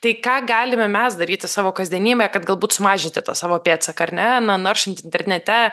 tai ką galime mes daryti savo kasdienybėj kad galbūt sumažinti tą savo pėdsaką ar ne na naršant internete